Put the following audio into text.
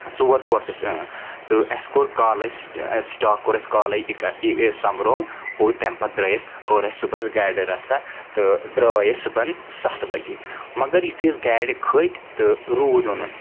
ژور دوس ٲسۍ اۭں تہٕ اسہِ کوٚر کالٕے سِٹاک کوٚر اسہِ کالے اِکٹ سۄمبرو اور تَمہِ پَتہٕ درٛایہِ أسۍ کوٚر اسہِ صُبحس گاڈِ رَسا تہٕ درٛٲے أسۍ صُبحن سَتھ بَجےمگر یِتھُے أسۍ گاڑِ کھٔتۍ تہٕ روٗد اوٚنن